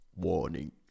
warning